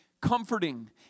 comforting